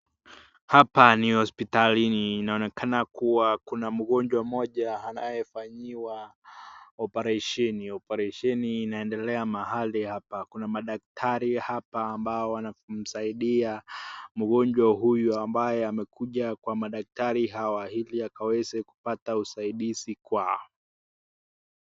Hapa ni hospitali inaonekana kuwa kuna mgonjwa mmoja anayefanyiwa oparesheni, oparesheni inaendelea mahali hapa kuna madaktari hapa ambao wanasaidia mgonjwa huyu ambaye amekuja kwa daktari huyu hili weweze wakapata usadizi kwao.